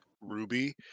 ruby